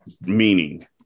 Meaning